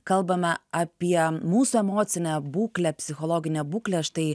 kalbame apie mūsų emocinę būklę psichologinę būklę štai